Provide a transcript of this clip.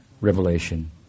revelation